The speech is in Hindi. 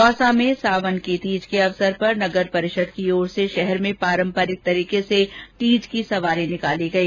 दौसा में सावन की तीज के अवसर पर नगर परिषद की ओर से शहर में पारंपरिक तरीके से तीज की सवारी निकाली गई